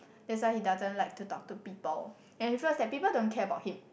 that's why he doesn't like to talk to people and he feels that people don't care about him